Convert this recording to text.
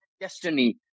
Destiny